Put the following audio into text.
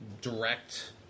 direct